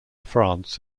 france